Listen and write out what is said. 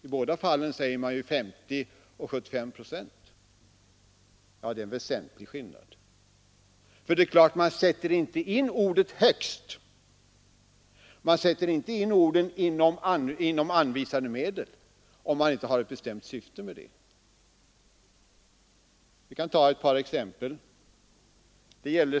I båda fallen talas det ju om 50 respektive 75 procent. Ja, det är en väsentlig skillnad, för man sätter inte in ordet ”högst” eller orden ”inom ramen för anvisade medel”, om man inte har ett bestämt syfte därmed. Vi kan ta ett par exempel.